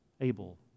Abel